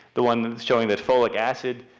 the one showing that folic acid